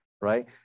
right